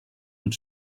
und